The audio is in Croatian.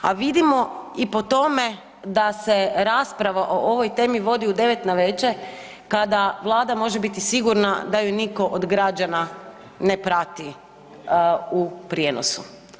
A vidimo i po tome da se rasprava o ovoj temi vodi u 9 navečer kada Vlada može biti sigurna da je nitko od građana ne prati u prijenosu.